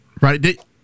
Right